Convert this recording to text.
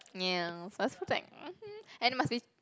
must protect and must be